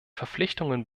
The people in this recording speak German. verpflichtungen